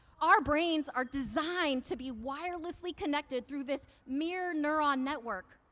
our brains are designed to be wirelessly connected through this mirror neuron network.